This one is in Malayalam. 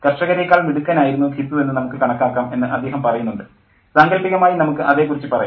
കർഷകരേക്കാൾ മിടുക്കനായിരുന്നു ഘിസു എന്നു നമുക്ക് കണക്കാക്കാം എന്ന് അദ്ദേഹം പറയുന്നുണ്ട് സാങ്കൽപ്പികമായി നമുക്ക് അതേക്കുറിച്ച് പറയാം